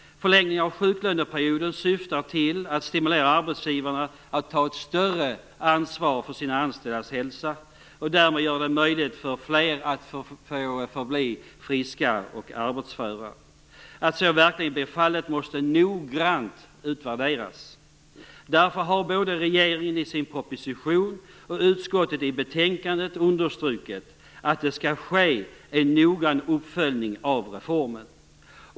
Förlängningen av sjuklöneperioden syftar till att stimulera arbetsgivarna till att ta ett större ansvar för sina anställdas hälsa och därmed göra det möjligt för fler att få förbli friska och arbetsföra. Att så verkligen blir fallet måste noggrant utvärderas. Därför har både regeringen i sin proposition och utskottet i sitt betänkande understrukit att det skall ske en noggrann uppföljning av reformen.